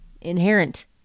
inherent